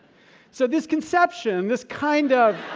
so, this conception, this kind of